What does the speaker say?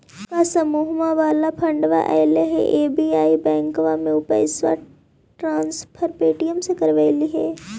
का समुहवा वाला फंडवा ऐले हल एस.बी.आई बैंकवा मे ऊ पैसवा ट्रांसफर पे.टी.एम से करवैलीऐ हल?